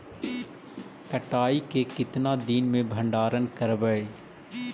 कटाई के कितना दिन मे भंडारन करबय?